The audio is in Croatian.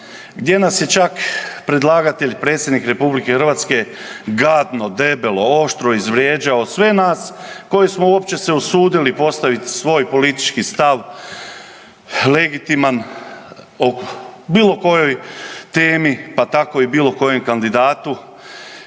gdje nas je čak predlagatelj predsjednik RH gadno, debelo, oštro izvrijeđao sve nas koji smo uopće se usudili postavit svoj politički stav legitiman o bilo kojoj temi, pa tako i bilo kojem kandidatu